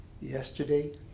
yesterday